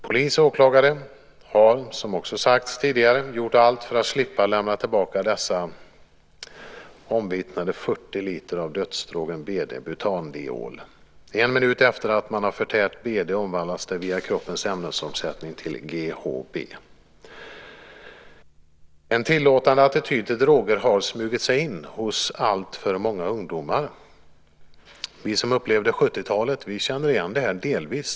Polis och åklagare har, som också sagts tidigare, gjort allt för att slippa lämna tillbaka dessa omvittnade 40 liter av dödsdrogen butandiol. En minut efter det att man förtärt det omvandlas det via kroppens ämnesomsättning till GHB. En tillåtande attityd till droger har smugit sig in hos alltför många ungdomar. Vi som upplevde 70-talet känner igen det här delvis.